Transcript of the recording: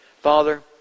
Father